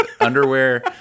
underwear